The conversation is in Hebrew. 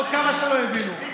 עוד כמה שלא הבינו.